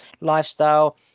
lifestyle